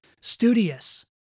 studious